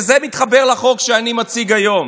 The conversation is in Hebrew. וזה מתחבר לחוק שאני מציג היום.